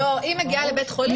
לא, היא מגיעה לבית חולים.